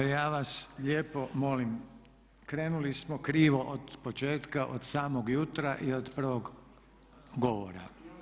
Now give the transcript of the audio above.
Ovako, ja vas lijepo molim, krenuli smo krivo od početka, od samog jutra i od prvog govora.